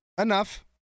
enough